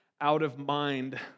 out-of-mind